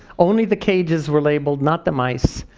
only the cages were labeled, not the mice.